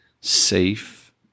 safe